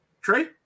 trey